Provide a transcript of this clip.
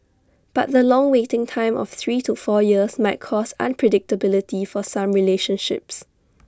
but the long waiting time of three to four years might cause unpredictability for some relationships